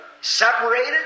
separated